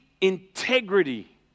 integrity